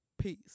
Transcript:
Peace